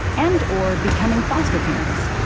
and, or becoming foster parents.